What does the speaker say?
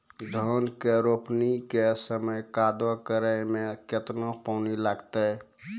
धान के रोपणी के समय कदौ करै मे केतना पानी लागतै?